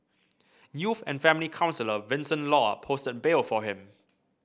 youth and family counsellor Vincent Law posted bail for him